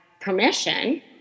permission